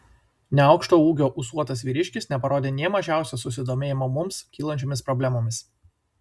neaukšto ūgio ūsuotas vyriškis neparodė nė mažiausio susidomėjimo mums kylančiomis problemomis